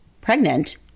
pregnant